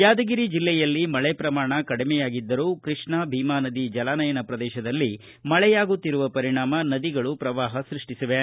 ಯಾದಗಿರಿ ಜಲ್ಲೆಯಲ್ಲಿ ಮಳೆ ಪ್ರಮಾಣ ಕಡಿಮೆಯಾಗಿದ್ದರೂ ಕೃಷ್ಣಾ ಭೀಮಾ ನದಿ ಜಲಾನಯನ ಪ್ರದೇಶದಲ್ಲಿ ಮಳೆಯಾಗುತ್ತಿರುವ ಪರಿಣಾಮ ನದಿಗಳು ಪ್ರವಾಹ ಸೃಷ್ಟಿಸಿವೆ